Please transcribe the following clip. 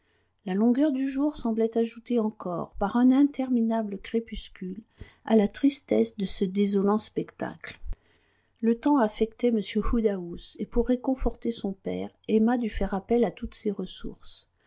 la longueur du jour semblait ajouter encore par un interminable crépuscule à la tristesse de ce désolant spectacle le temps affectait m woodhouse et pour réconforter son père emma dut faire appel à toutes ses ressources